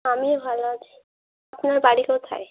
আমিও ভালো আছি আপনার বাড়ি কোথায়